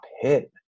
hit